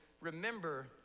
Remember